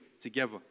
together